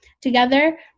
Together